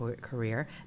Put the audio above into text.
career